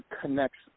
connects